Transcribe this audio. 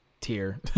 tier